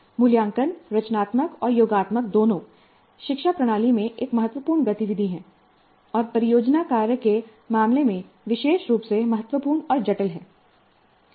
मूल्यांकन रचनात्मक और योगात्मक दोनों शिक्षा प्रणाली में एक महत्वपूर्ण गतिविधि है और परियोजना कार्य के मामले में विशेष रूप से महत्वपूर्ण और जटिल है